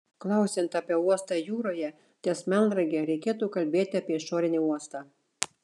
klausiant apie uostą jūroje ties melnrage reikėtų kalbėti apie išorinį uostą